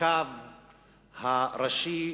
הקו הראשי,